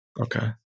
Okay